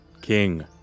king